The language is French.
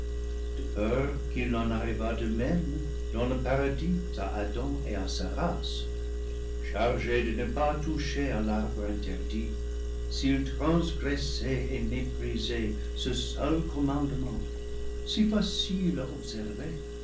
de peur qu'il n'en arrivât de même dans le paradis à adam et à sa race chargés de ne pas toucher à l'arbre interdit s'ils transgressaient et méprisaient ce seul commandement si facile à observer